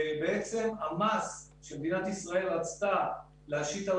כך שבעצם המס שמדינת ישראל רצתה להשית על